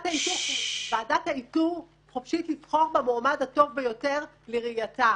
ועדת האיתור חופשית לבחור במועמד הטוב ביותר לראייתה,